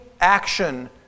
action